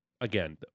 Again